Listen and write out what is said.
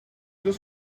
just